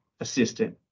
assistant